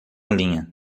linha